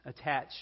attach